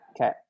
okay